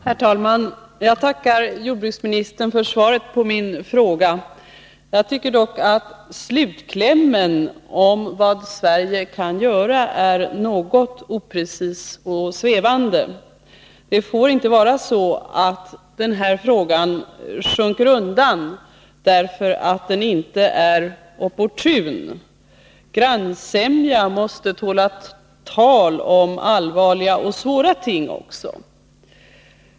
Herr talman! Jag tackar jordbruksministern för svaret på min fråga. Jag tycker dock att slutklämmen om vad Sverige kan göra är något oprecis och svävande. Det får inte vara så att den här frågan sjunker undan därför att den inte är opportun. Grannsämja måste tåla tal om allvarliga och svåra ting också.